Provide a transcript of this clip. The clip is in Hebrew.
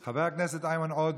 חבר הכנסת איימן עודה,